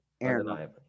Aaron